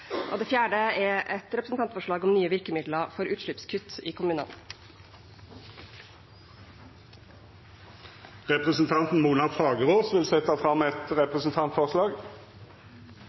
seksualitetsmangfold. Det fjerde er et representantforslag om nye virkemidler for utslippskutt i kommunene. Representanten Mona Fagerås vil setja fram eit representantforslag.